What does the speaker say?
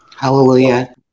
Hallelujah